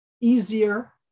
easier